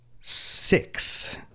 six